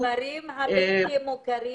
בכפרים הבלתי מוכרים?